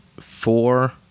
four